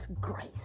grace